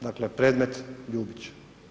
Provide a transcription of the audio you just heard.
Dakle, predmet Ljubić.